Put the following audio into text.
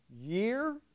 year